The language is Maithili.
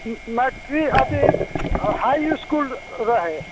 म मैट्रि अथी हाइ इसकुल र रहे